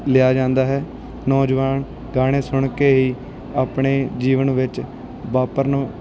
ਲਿਆ ਜਾਂਦਾ ਹੈ ਨੌਜਵਾਨ ਗਾਣੇ ਸੁਣ ਕੇ ਹੀ ਆਪਣੇ ਜੀਵਨ ਵਿੱਚ ਵਾਪਰਨ